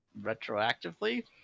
Retroactively